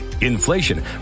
inflation